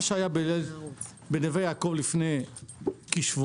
מה שהיה בנווה יעקב לפני כשבועיים,